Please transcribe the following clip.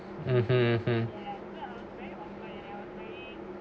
(uh huh)